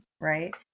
right